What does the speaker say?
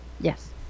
Yes